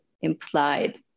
implied